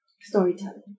storytelling